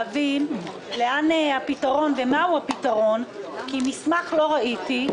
להבין לאן הפתרון ומהו הפתרון כי מסמך לא ראיתי,